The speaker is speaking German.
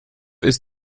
ist